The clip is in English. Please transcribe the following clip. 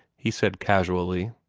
he said casually.